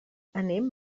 anem